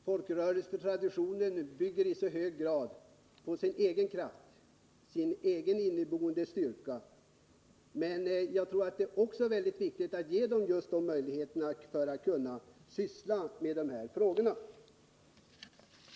Folkrörelsetraditionen bygger i så hög grad på sin egen kraft och sin egen inneboende styrka. Men jag tror att det är mycket viktigt att ge folkrörelserna just dessa möjligheter att kunna syssla med de här frågorna.